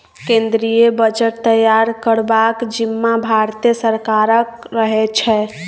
केंद्रीय बजट तैयार करबाक जिम्माँ भारते सरकारक रहै छै